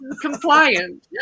Compliant